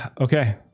Okay